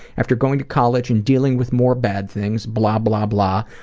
after going to college and dealing with more bad things, blah blah blah,